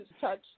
touch